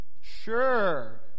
Sure